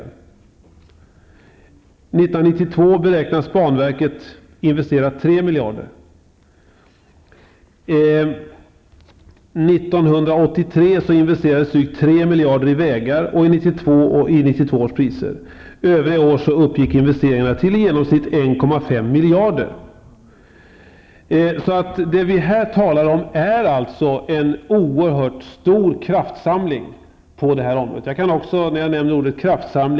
År 1992 beräknas banverket investera 3 miljarder. År 1983 investerades drygt 3 miljarder i vägar -- i 1982 års priser. Övriga år uppgick investeringarna till i genomsnitt 1,5 Vi talar här om en oerhört stor kraftsamling på det här området.